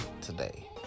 today